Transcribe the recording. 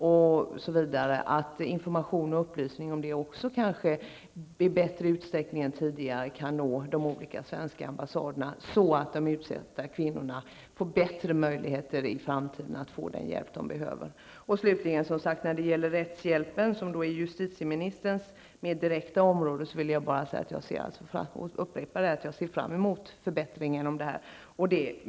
De svenska ambassaderna bör få mer upplysning härom än de hittills har fått, så att de utsatta kvinnorna i framtiden får bättre möjligheter att erhålla den hjälp de behöver. I fråga om rättshjälpen, som mer direkt är justitieministerns område, vill jag upprepa att jag ser fram emot förbättringar på detta område.